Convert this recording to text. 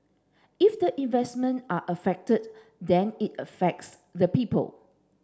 if the investment are affected then it affects the people